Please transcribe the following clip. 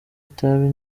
itabi